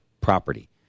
property